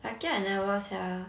lucky I never sia